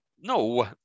No